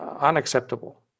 unacceptable